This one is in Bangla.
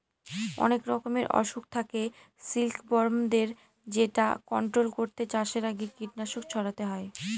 অনেক রকমের অসুখ থাকে সিল্কবরমদের যেটা কন্ট্রোল করতে চাষের আগে কীটনাশক ছড়াতে হয়